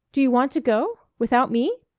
do you want to go? without me?